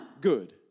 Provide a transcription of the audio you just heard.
good